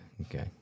Okay